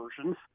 versions